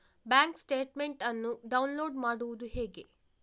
Bank statement ಅನ್ನು download ಮಾಡುವುದು ಹೇಗೆ?